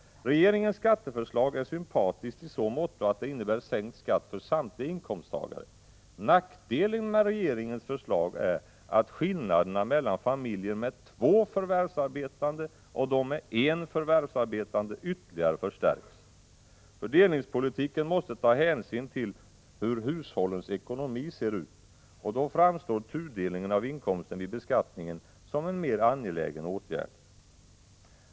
Regeringens skatteförslag är sympatiskt i så måtto att det innebär sänkt skatt för samtliga inkomsttagare. Nackdelen med regeringens förslag är att skillnaderna mellan familjer med två förvärvsarbetande och dem med en förvärvsarbetande ytterligare förstärks. Fördelningspolitiken måste ta hänsyn till hur hushållens ekonomi ser ut, och då framstår en tudelning av inkomsten vid beskattningen som en mer angelägen åtgärd än en höjning av grundavdraget.